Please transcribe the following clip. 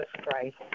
Christ